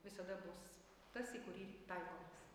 visada bus tas į kurį taikomės